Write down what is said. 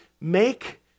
make